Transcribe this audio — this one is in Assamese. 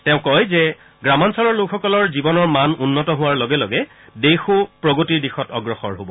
তেওঁ কয় যে গ্ৰামাঞ্চলৰ লোকসকলৰ জীৱনৰ মানদণ্ড উন্নত হোৱাৰ লগে লগে দেশো প্ৰগতিৰ দিশত অগ্ৰসৰ হ'ব